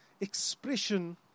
expression